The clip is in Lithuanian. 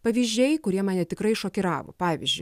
pavyzdžiai kurie mane tikrai šokiravo pavyzdžiui